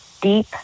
deep